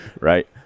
Right